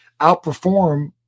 outperform